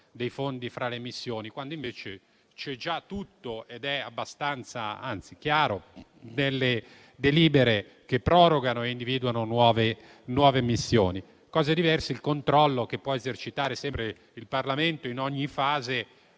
dei fondi fra le missioni, quando invece c'è già tutto, ed è abbastanza chiaro, nelle delibere che prorogano e individuano nuove missioni. Cosa diversa è il controllo che può esercitare il Parlamento, in ogni fase,